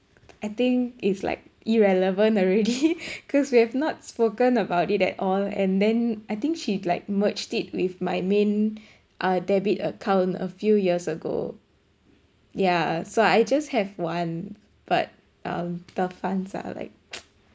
I think it's like irrelevant already cause we have not spoken about it at all and then I think she like merged it with my main uh debit account a few years ago yeah so I just have one but uh the funds are like